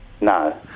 No